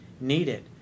needed